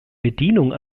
bedienung